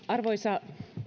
arvoisa